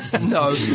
No